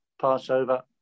Passover